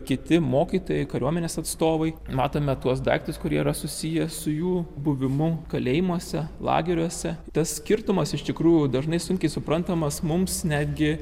kiti mokytojai kariuomenės atstovai matome tuos daiktus kurie yra susiję su jų buvimu kalėjimuose lageriuose tas skirtumas iš tikrųjų dažnai sunkiai suprantamas mums netgi